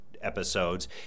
episodes